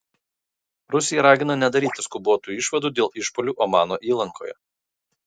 rusija ragina nedaryti skubotų išvadų dėl išpuolių omano įlankoje